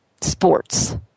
sports